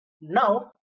Now